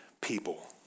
people